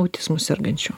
autizmu sergančių